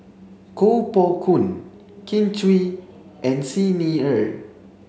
Koh Poh Koon Kin Chui and Xi Ni Er